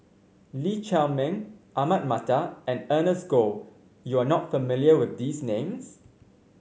Lee Chiaw Meng Ahmad Mattar and Ernest Goh you are not familiar with these names